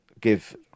give